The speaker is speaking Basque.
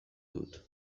dut